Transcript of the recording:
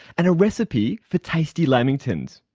and a recipe for tasty lamingtons.